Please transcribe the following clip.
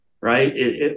right